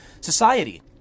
society